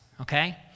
okay